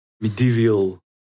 medieval